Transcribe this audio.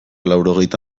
laurogeita